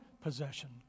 possession